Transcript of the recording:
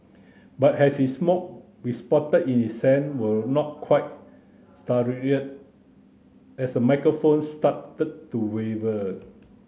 but as he smoke we spotted his hand were not quite as the microphone started to waver